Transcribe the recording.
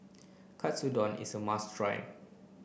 Katsudon is a must try